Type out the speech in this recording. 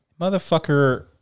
Motherfucker